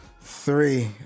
Three